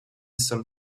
some